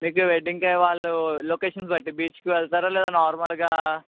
మీకు వెడ్డింగ్కే వాళ్ళు లొకేషన్స్ బట్టి బీచ్కి వెళ్తారా లేదా నార్మల్గా